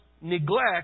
neglect